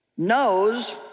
knows